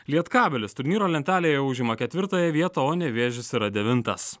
lietkabelis turnyro lentelėje užima ketvirtąją vietą o nevėžis yra devintas